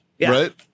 Right